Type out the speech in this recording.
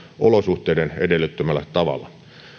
olosuhteiden edellyttämällä tavalla